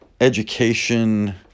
education